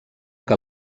que